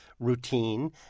routine